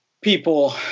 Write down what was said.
people